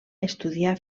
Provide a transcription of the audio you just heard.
estudià